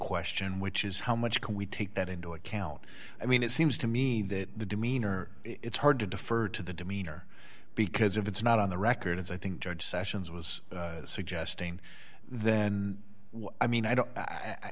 question which is how much can we take that into account i mean it seems to me that the demeanor it's hard to defer to the demeanor because if it's not on the record as i think judge sessions was suggesting then i mean i